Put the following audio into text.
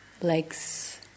legs